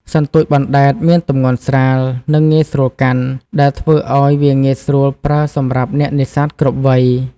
សន្ទូចបណ្ដែតមានទម្ងន់ស្រាល និងងាយស្រួលកាន់ ដែលធ្វើឲ្យវាងាយស្រួលប្រើសម្រាប់អ្នកនេសាទគ្រប់វ័យ។